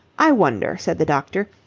i wonder, said the doctor,